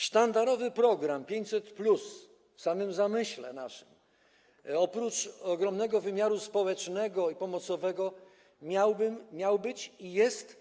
Sztandarowy program 500+ w samym naszym zamyśle oprócz ogromnego wymiaru społecznego i pomocowego miał być i jest